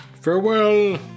Farewell